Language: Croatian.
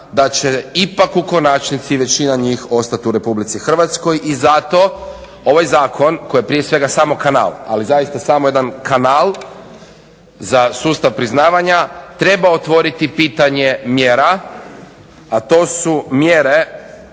da će ipak u konačnici većina njih ostati u RH. I zato ovaj zakon koji je prije svega samo kanal, ali zaista samo jedan kanal za sustav priznavanja, treba otvoriti pitanje mjera, a to su mjere